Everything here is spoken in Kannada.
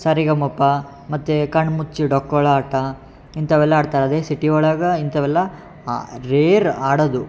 ಸರಿಗಮಪ ಮತ್ತು ಕಣ್ಣು ಮುಚ್ಚಿ ಹಿಡಕೊಳ ಆಟ ಇಂಥವೆಲ್ಲ ಆಡ್ತಾರೆ ಅದೇ ಸಿಟಿ ಒಳಗೆ ಇಂಥವೆಲ್ಲ ರೇರ್ ಆಡೋದು